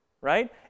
right